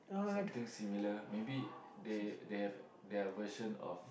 something similar maybe they they have their version of